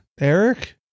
Eric